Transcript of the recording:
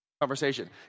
conversation